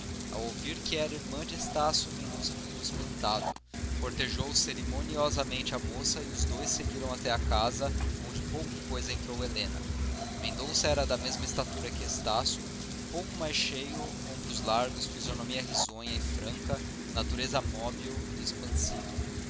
ao ouvir que era irmã de estácio mendonça ficou espantado cortejou cerimoniosamente a moça e os dois seguiram até à casa onde pouco depois entrou helena mendonça era da mesma estatura que estácio um pouco mais cheio ombros largos fisionomia risonha e franca natureza móbil e expansiva